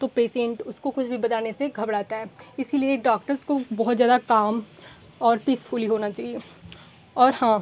तो पेसेन्ट उसको कुछ भी बताने से घबराता है इसीलिए डॉक्टर्स को बहुत ज़्यादा काम और पीसफ़ुली होना चाहिए और हाँ